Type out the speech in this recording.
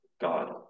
God